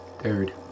third